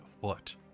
foot